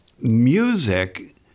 music